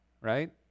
right